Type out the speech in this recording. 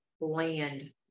land